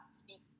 speak